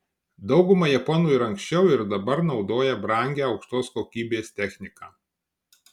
dauguma japonų ir anksčiau ir dabar naudoja brangią aukštos kokybės techniką